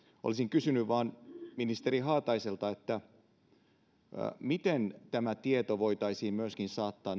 olisin vain kysynyt ministeri haataiselta miten tämä tieto voitaisiin saattaa